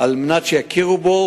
על מנת שיכירו בו,